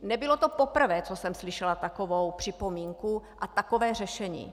Nebylo to poprvé, co jsem slyšela takovou připomínku a takové řešení.